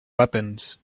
weapons